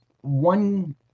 one –